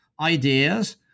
ideas